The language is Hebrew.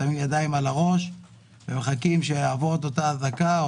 שמים ידיים על הראש ומחכים שתעבור אותה אזעקה,